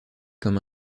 comme